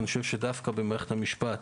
דווקא במערכת המשפט,